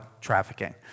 trafficking